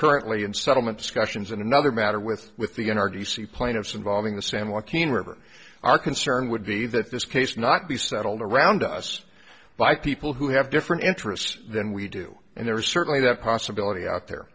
currently in settlement discussions in another matter with with the in our d c plaintiffs involving the same joaquin river our concern would be that this case not be settled around us by people who have different interests than we do and there is certainly that possibility out there